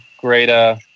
greater